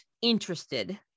Interested